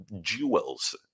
jewels